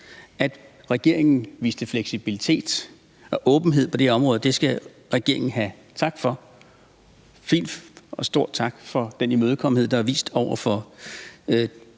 at regeringen viste fleksibilitet og åbenhed på det her område, og det skal regeringen have tak for. Det er fint, og stor tak for den imødekommenhed, der er vist over for